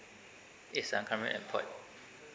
yes I'm currently employed